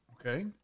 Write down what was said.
Okay